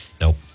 Nope